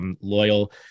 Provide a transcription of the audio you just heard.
loyal